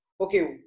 Okay